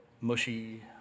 mushy